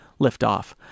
liftoff